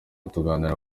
turaganira